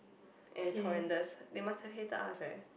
and it's horrendous they must have hated us eh